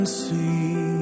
see